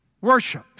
worship